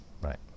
right